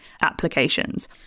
applications